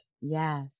yes